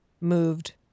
moved